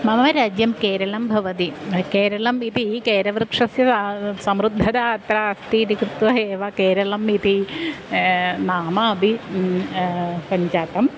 मम राज्यं केरलं भवति ह केरलम् इति केरवृक्षस्य समृद्धता अत्र अस्ति इति कृत्वा एव केरलम् इति नाम अपि सञ्जातम्